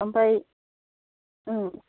ओमफ्राय